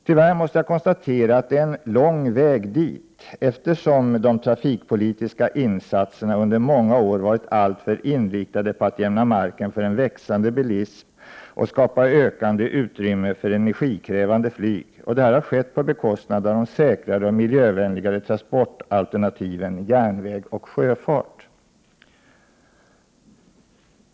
Tyvärr måste jag konstatera att det är en lång väg dit, eftersom de trafikpolitiska insatserna under många år varit alltför inriktade på att jämna marken för en växande bilism och skapa ökande utrymme för energikrävande flyg. Detta har skett på beskostnad av de säkrare och miljövänligare transportalternativen järnväg och sjöfart.